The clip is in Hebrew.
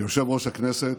כיושב-ראש הכנסת.